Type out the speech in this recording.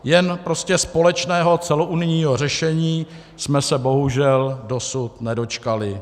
Jen prostě společného celounijního řešení jsme se bohužel dosud nedočkali.